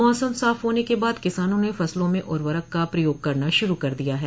मौसम साफ होने के बाद किसानों ने फसलों में उर्वकर का प्रयोग करना शुरू कर दिया है